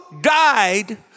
died